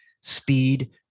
speed